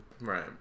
right